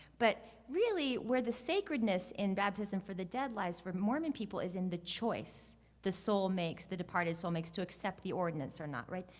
but really where the sacredness in baptism for the dead lies for mormon people is in the choice the soul makes, the departed soul makes, to accept the ordinance, or not, right?